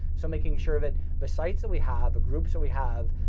so making sure that the sites that we have, the groups that we have,